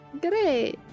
Great